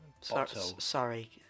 Sorry